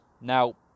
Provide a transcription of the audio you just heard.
Now